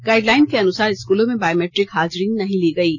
guideline के अनुसार स्कूलों में बायोमैट्रिक हाजरी नहीं ली गयी